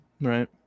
right